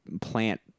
plant